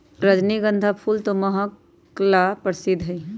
रजनीगंधा फूल तो अपन महक ला प्रसिद्ध हई